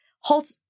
Holt